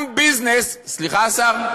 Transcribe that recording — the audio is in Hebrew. גם ביזנס, סליחה, השר?